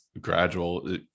gradual